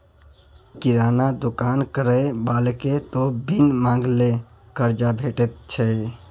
किराना दोकान करय बलाकेँ त बिन मांगले करजा भेटैत छै